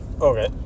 Okay